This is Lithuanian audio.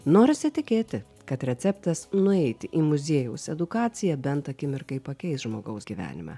norisi tikėti kad receptas nueiti į muziejaus edukaciją bent akimirkai pakeis žmogaus gyvenime